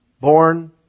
born